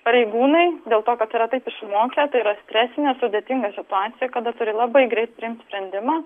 pareigūnai dėl to kad yra taip išmokę tai yra stresinė sudėtinga situacija kada turi labai greit priimti sprendimą